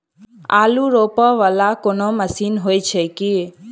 आलु रोपा वला कोनो मशीन हो छैय की?